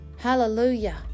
Hallelujah